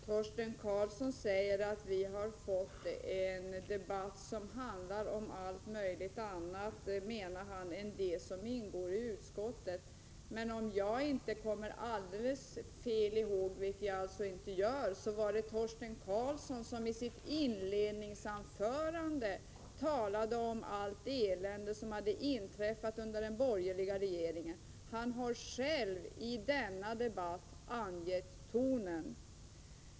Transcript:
Fru talman! Torsten Karlsson säger att vi har fått en debatt som enligt hans mening handlar om allt möjligt annat än det som ingår i utskottsbetänkandet. Men om jag inte minns alldeles fel, talade Torsten Karlsson själv i sitt inledningsanförande om allt elände som hade inträffat under den borgerliga regeringsperioden. Han har själv angett tonen i denna debatt.